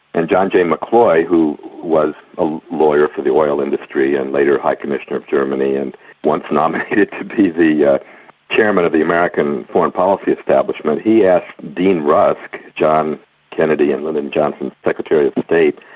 and john j mccloy, who was a lawyer for the oil industry and later high commissioner of germany and once nominated to be the yeah chairman of the american foreign policy establishment, he asked dean rusk, john kennedy and lyndon johnson's secretary of state,